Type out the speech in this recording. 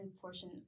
portion